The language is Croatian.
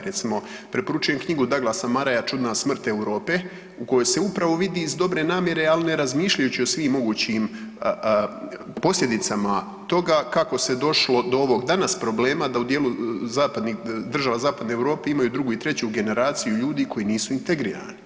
Recimo preporučujem knjigu Douglasa Murraya „Čudna smrt Europe“ u kojoj se upravo vidi iz dobre namjere, al ne razmišljajući o svim mogućim posljedicama toga kako se došlo do ovog danas problema da u dijelu zapadnih, država zapadne Europe imaju drugu i treću generaciju ljudi koji nisu integrirani.